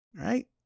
Right